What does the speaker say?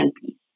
piece